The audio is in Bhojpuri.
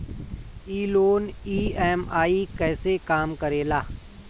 ई लोन ई.एम.आई कईसे काम करेला?